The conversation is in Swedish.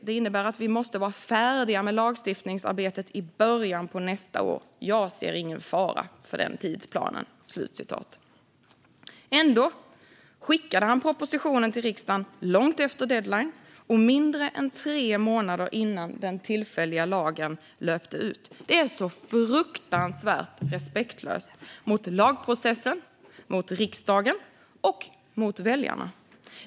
Det innebär att vi måste vara färdiga med lagstiftningsarbetet i början på nästa år. Jag ser ingen fara för den tidsplanen. Ändå skickade han propositionen till riksdagen långt efter deadline och mindre än tre månader innan den tillfälliga lagen löpte ut. Det är så fruktansvärt respektlöst mot lagprocessen, mot riksdagen och mot väljarna.